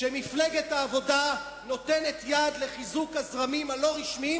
שמפלגת העבודה נותנת יד לחיזוק הזרמים הלא-רשמיים,